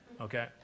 Okay